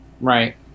right